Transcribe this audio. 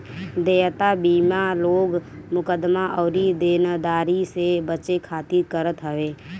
देयता बीमा लोग मुकदमा अउरी देनदारी से बचे खातिर करत हवे